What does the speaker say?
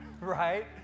right